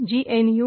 GNU